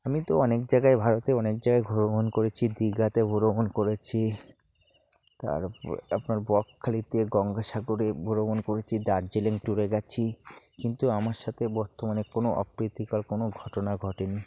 আমি তো অনেক জায়গায় ভারতের অনেক জায়গায় ভ্রমণ করেছি দীঘাতে ভ্রমণ করেছি তারপর আপনার বকখালিতে গঙ্গাসাগরে ভ্রমণ করেছি দার্জিলিং ট্যুরে গেছি কিন্তু আমার সাথে বর্তমানে কোনও অপ্রীতিকর কোনও ঘটনা ঘটেনি